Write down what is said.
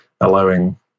allowing